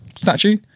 statue